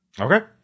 Okay